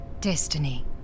Destiny